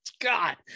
God